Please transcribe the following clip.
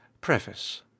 Preface